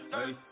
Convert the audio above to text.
Hey